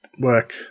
work